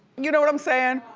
you know what i'm sayin'?